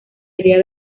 idea